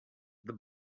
the